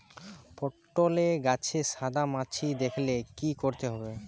পটলে গাছে সাদা মাছি দেখালে কি করতে হবে?